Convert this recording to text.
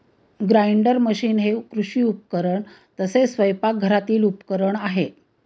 grinder machine हे कृषी उपकरण तसेच स्वयंपाकघरातील उपकरण आहे